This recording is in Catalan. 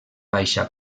baixa